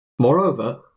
Moreover